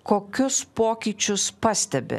kokius pokyčius pastebi